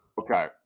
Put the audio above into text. Okay